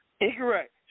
Incorrect